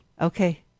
okay